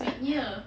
sweet nya